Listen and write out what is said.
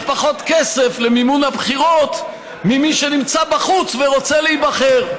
פחות כסף למימון הבחירות ממי שנמצא בחוץ ורוצה להיבחר.